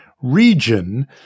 region